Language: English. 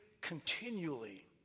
continually